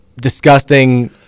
disgusting